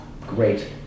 Great